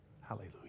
Hallelujah